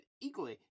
equally